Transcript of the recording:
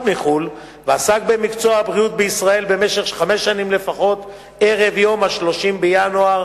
מחוץ-לארץ ועסק במקצוע הבריאות בישראל במשך חמש שנים לפחות ערב יום 30 בינואר